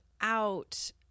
out